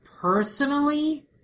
personally